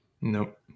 Nope